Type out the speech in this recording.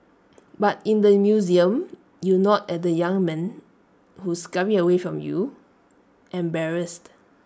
but in the museum you nod at the young men who scurry away from you embarrassed